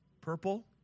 Purple